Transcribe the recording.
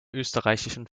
österreichischen